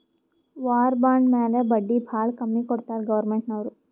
war bond ಮ್ಯಾಲ ಬಡ್ಡಿ ಭಾಳ ಕಮ್ಮಿ ಕೊಡ್ತಾರ್ ಗೌರ್ಮೆಂಟ್ನವ್ರು